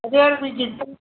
અત્યારે બીઝી છે